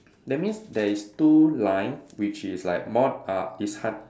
that means there is two line which is like more uh is hun~